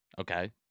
Okay